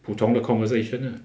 普通的 conversation ah